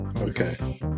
Okay